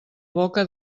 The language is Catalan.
boca